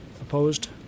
Opposed